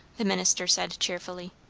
the minister said cheerfully.